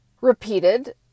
repeated